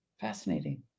fascinating